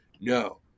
no